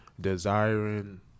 Desiring